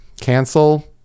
cancel